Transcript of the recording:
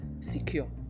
secure